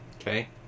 Okay